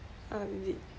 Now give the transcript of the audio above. ah they did